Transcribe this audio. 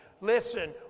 Listen